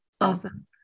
Awesome